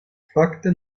fakte